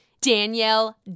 Danielle